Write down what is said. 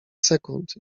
sekund